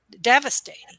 devastating